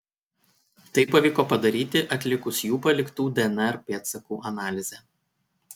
tai pavyko padaryti atlikus jų paliktų dnr pėdsakų analizę